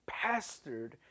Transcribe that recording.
pastored